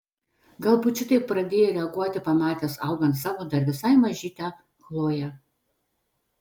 galbūt šitaip pradėjai reaguoti pamatęs augant savo dar visai mažytę chloję